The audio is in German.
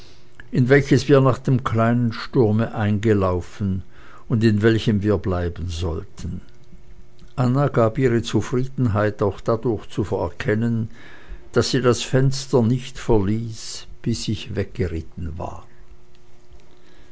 in welches wir nach dem kleinen sturme eingelaufen und in welchem wir bleiben sollten anna gab ihre zufriedenheit auch dadurch zu erkennen daß sie das fenster nicht verließ bis ich weggeritten war